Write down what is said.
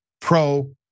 pro